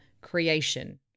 creation